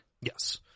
yes